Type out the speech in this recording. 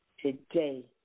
today